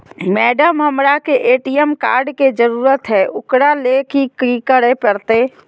Madam, हमरा के ATM card के जरूरत है ऊकरा ले की की करे परते?